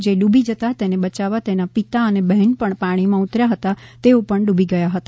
જે ડૂબી જતા તેને બયાવવા તેના પિતા અને બહેન પાણીમા ઉતર્યા હતા જેઓ પણ ડૂબી ગયા હતા